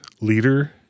leader